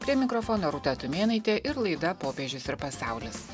prie mikrofono rūta tumėnaitė ir laida popiežius ir pasaulis